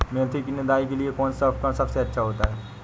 मेथी की निदाई के लिए कौन सा उपकरण सबसे अच्छा होता है?